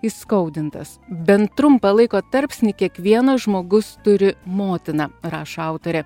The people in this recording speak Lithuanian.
įskaudintas bent trumpą laiko tarpsnį kiekvienas žmogus turi motiną rašo autorė